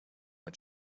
mit